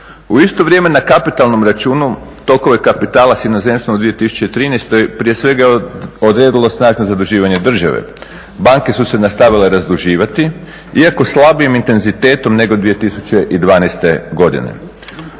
U isto vrijeme na kapitalnom računu tokove kapitala s inozemstvom u 2013. prije svega odredilo je snažno zaduživanje države. Banke su se nastavile razduživati iako slabijim intenzitetom nego 2012. godine.